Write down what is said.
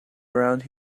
around